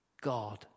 God